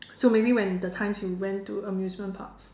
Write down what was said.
so maybe when the times you went to amusement parks